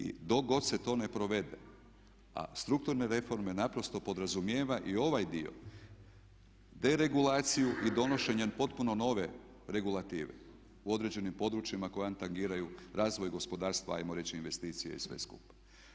I dok god se to ne provede a strukturne reforme naprosto podrazumijeva i ovaj dio deregulaciju i donošenje potpuno nove regulative u određenim područjima koja antagiraju razvoj gospodarstva ajmo reći investicija i sve skupa.